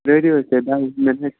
پرٛٲرِو حظ تُہۍ دَہ وُہ مِنَٹ